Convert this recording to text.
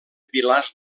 pilars